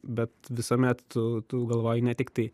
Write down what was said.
bet visuomet tu tu galvoji ne tiktai